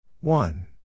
One